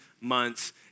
months